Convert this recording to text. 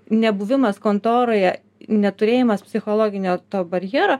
nebuvimas kontoroje neturėjimas psichologinio to barjero